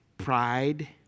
Pride